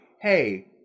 hey